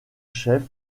chef